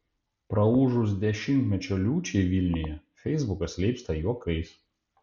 praūžus dešimtmečio liūčiai vilniuje feisbukas leipsta juokais